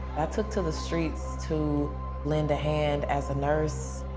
i took to the streets to lend a hand as a nurse.